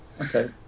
Okay